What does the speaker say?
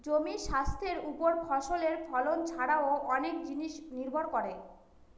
জমির স্বাস্থ্যের ওপর ফসলের ফলন ছারাও অনেক জিনিস নির্ভর করে